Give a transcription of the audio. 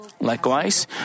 Likewise